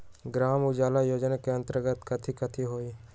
ग्राम उजाला योजना के अंतर्गत कथी कथी होई?